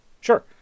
Sure